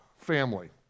family